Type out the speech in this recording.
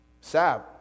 Sab